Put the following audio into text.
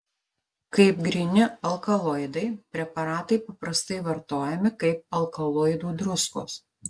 kaip gryni alkaloidai preparatai paprastai vartojami kaip alkaloidų druskos